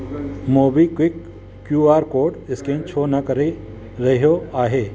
MobiKwik QR code scan छो न करे रहियो आहे